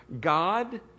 God